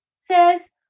says